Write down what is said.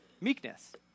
meekness